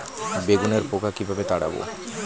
বেগুনের পোকা কিভাবে তাড়াব?